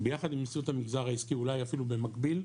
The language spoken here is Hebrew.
ביחד עם נשיאות המגזר העסקי אולי אפילו במקביל,